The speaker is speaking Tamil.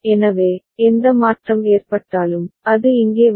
எனவே எந்த மாற்றம் ஏற்பட்டாலும் அது இங்கே வரும்